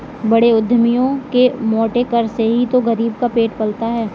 बड़े उद्यमियों के मोटे कर से ही तो गरीब का पेट पलता है